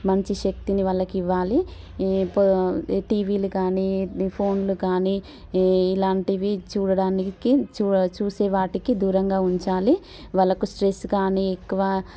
మంచి శక్తిని వాళ్ళకి ఇవ్వాలి టీవిలు కానీ ఫోన్లు కానీ ఇలాంటివి చూడడానికి చూసేవాటికి దూరంగా ఉంచాలి వాళ్ళకు స్ట్రెస్ కానీ ఎక్కువ